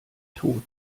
tod